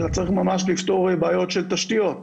אלא צריך ממש לפתור בעיות של תשתיות.